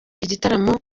igitaramo